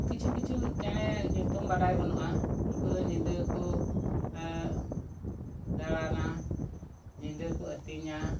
ᱠᱤᱪᱷᱩ ᱠᱤᱪᱷᱩ ᱪᱮᱬᱮ ᱧᱩᱛᱩᱢ ᱵᱟᱰᱟᱭ ᱵᱟᱱᱩᱜᱼᱟ ᱩᱱᱠᱩ ᱫᱚ ᱧᱤᱫᱟᱹ ᱜᱮᱠᱚ ᱫᱟᱲᱟᱱᱟ ᱧᱤᱫᱟᱹ ᱠᱚ ᱟᱹᱛᱤᱧᱟ